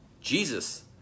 Jesus